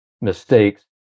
mistakes